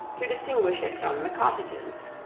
to distinguish it from the cottages.